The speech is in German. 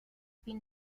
bin